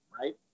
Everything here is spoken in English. Right